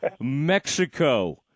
Mexico